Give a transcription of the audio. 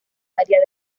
maría